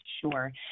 Sure